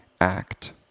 act